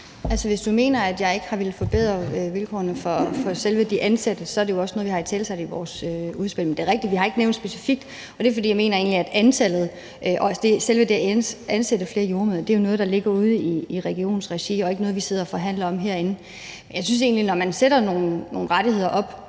hvis du mener, at jeg ikke har villet forbedre vilkårene for selve de ansatte, vil jeg sige, at det jo også er noget, vi har italesat i vores udspil. Men det er rigtigt, at vi ikke har nævnt det specifikt, og at det er, fordi jeg egentlig mener, at antallet og selve det at ansætte flere jordemødre jo er noget, der ligger ude i regionernes regi, og ikke noget, vi sidder og forhandler om herinde. Men jeg mener egentlig, at når man fastsætter nogle rettigheder,